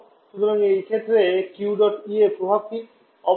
সুতরাং এই ক্ষেত্রে Q ডট ই এর প্রভাব কী